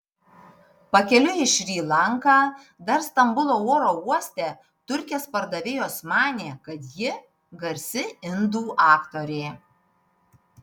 pakeliui į šri lanką dar stambulo oro uoste turkės pardavėjos manė kad ji garsi indų aktorė